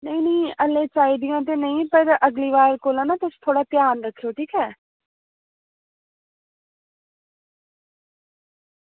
में अल्लै चाही दियां ते नेईं पर अग्गें कोला थोह्ड़ा ध्यान रक्खेओ ठीक ऐ